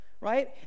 right